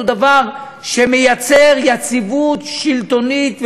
הוא דבר שיוצר יציבות שלטונית ופוליטית,